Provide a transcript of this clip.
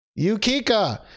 Yukika